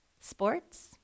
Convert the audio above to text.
Sports